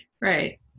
Right